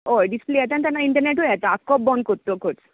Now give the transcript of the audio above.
हय डिसप्ले येता आनी तेन्ना इंटरनॅटूय येता आख्खो बंद कोत्तोकूच